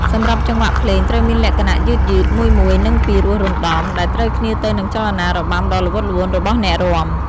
សម្រាប់ចង្វាក់ភ្លេងត្រូវមានលក្ខណៈយឺតៗ មួយៗ និងពីរោះរណ្តំ ដែលត្រូវគ្នាទៅនឹងចលនារបាំដ៏ល្វត់ល្វន់របស់អ្នករាំ។